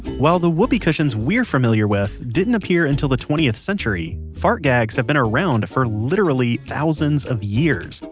while the whoopee cushions we're familiar with didn't appear until the twentieth century, fart gags have been around for literally thousands of years.